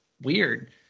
weird